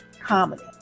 comedy